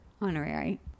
honorary